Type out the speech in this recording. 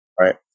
Right